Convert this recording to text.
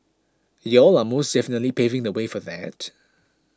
y'all are most definitely paving the way for that